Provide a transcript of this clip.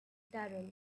darryl